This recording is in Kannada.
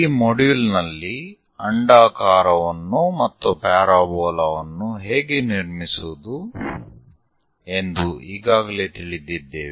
ಈ ಮಾಡ್ಯೂಲ್ ನಲ್ಲಿ ಅಂಡಾಕಾರವನ್ನು ಮತ್ತು ಪ್ಯಾರಾಬೋಲಾವನ್ನು ಹೇಗೆ ನಿರ್ಮಿಸುವುದು ಎಂದು ಈಗಾಗಲೇ ತಿಳಿದಿದ್ದೇವೆ